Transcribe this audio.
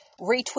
retweet